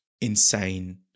insane